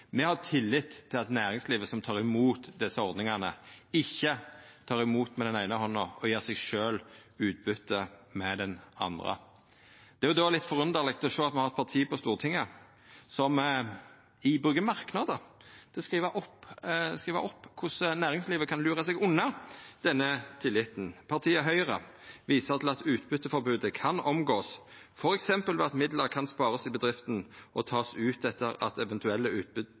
Me har tillit til at næringslivet som tek imot desse ordningane, ikkje tek imot med den eine handa og gjev seg sjølv utbyte med den andre. Det er då litt forunderleg å sjå at me har eit parti på Stortinget som brukar merknader til å skriva ned korleis næringslivet kan lura seg unna denne tilliten. Partiet Høgre viser til at ein kan omgå utbyteforbodet, f.eks. «ved at midler kan spares i bedriften og tas ut etter at eventuelle